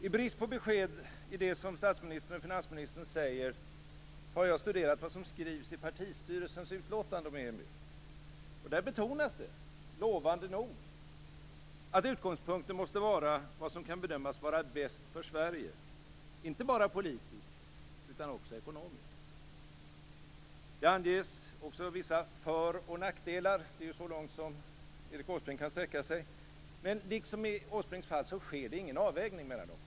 I brist på besked om det som statsministern och finansministern säger har jag studerat vad som skrivs i partistyrelsens utlåtande om EMU. Där betonas det - lovande nog - att utgångspunkten måste vara vad som kan bedömas vara bäst för Sverige, inte bara politiskt utan också ekonomiskt. Det anges också vissa föroch nackdelar. Det är så långt som Erik Åsbrink kan sträcka sig. Men liksom i Åsbrinks fall sker det ingen avvägning mellan dem.